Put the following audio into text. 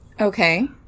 Okay